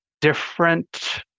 different